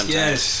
Yes